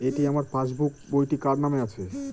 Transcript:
এটি আমার পাসবুক বইটি কার নামে আছে?